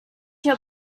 your